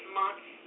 months